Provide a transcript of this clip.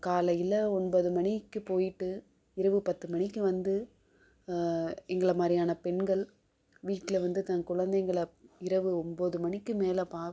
காலையில் ஒம்பது மணிக்கு போயிட்டு இரவு பத்து மணிக்கு வந்து எங்களை மாதிரியான பெண்கள் வீட்டில் வந்து தன் கொழந்தைங்கள இரவு ஒம்பது மணிக்கு மேலே பாக்